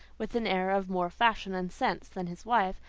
with an air of more fashion and sense than his wife,